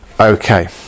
okay